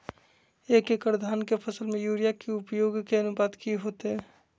एक एकड़ धान के फसल में यूरिया के उपयोग के अनुपात की होतय?